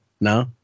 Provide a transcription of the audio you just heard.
No